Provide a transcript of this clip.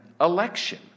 election